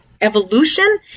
evolution